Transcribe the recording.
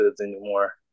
anymore